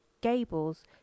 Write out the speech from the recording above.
Gable's